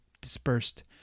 dispersed